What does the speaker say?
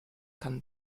kann